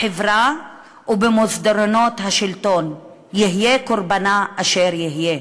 בחברה ובמסדרונות השלטון, יהיה קורבנה אשר יהיה.